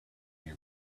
your